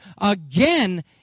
again